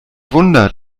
wunder